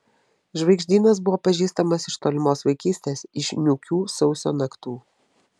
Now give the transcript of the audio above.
žvaigždynas buvo pažįstamas iš tolimos vaikystės iš niūkių sausio naktų